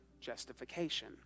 justification